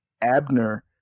Abner